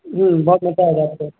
جی بہت مزہ آئے گا آپ کو